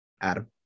Adam